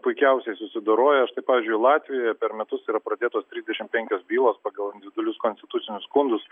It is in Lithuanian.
puikiausiai susidoroja štai pavyzdžiui latvijoje per metus yra pradėtos trisdešim penkios bylos pagal individualius konstitucinius skundus